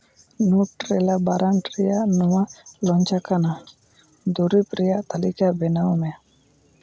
ᱱᱩᱴᱨᱮᱞᱟ ᱵᱟᱨᱟᱰ ᱨᱮᱭᱟᱜ ᱱᱚᱣᱟ ᱞᱚᱧᱪ ᱟᱠᱟᱱᱟ ᱫᱩᱨᱤᱵᱽ ᱨᱮᱭᱟᱜ ᱛᱟᱹᱞᱤᱠᱟ ᱵᱮᱱᱟᱣ ᱢᱮ